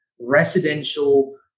residential